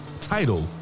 title